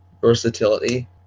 versatility